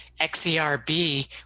XERB